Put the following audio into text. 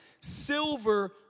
silver